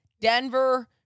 Denver